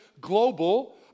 global